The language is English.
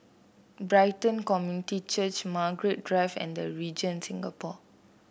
Brighton Community Church Margaret Drive and The Regent Singapore